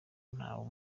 ntawe